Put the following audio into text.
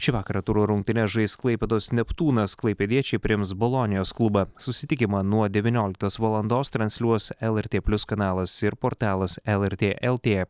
šį vakarą turo rungtynes žais klaipėdos neptūnas klaipėdiečiai priims bolonijos klubą susitikimą nuo devynioliktos valandos transliuos lrt plius kanalas ir portalas lrt lt